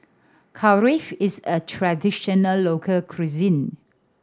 Kulfi is a traditional local cuisine